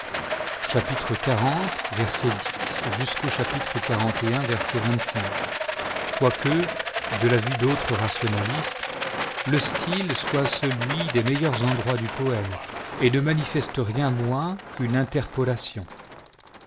dieu xl vers jusqu'aux chapitre xli quoique de l'avis d'autres rationalistes le style soit celui des meilleurs endroits du poème et ne manifeste rien moins qu'une interpolation